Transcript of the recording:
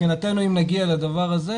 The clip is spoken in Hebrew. מבחינתנו אם נגיע לדבר הזה,